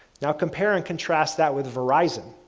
now, compare and contrast that with verizon,